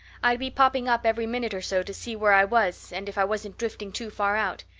i'd be popping up every minute or so to see where i was and if i wasn't drifting too far out.